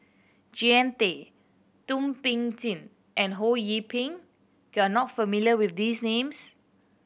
Jean Tay Thum Ping Tjin and Ho Yee Ping you are not familiar with these names